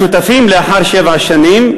השותפים, לאחר שבע שנים.